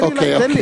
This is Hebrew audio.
תן לי.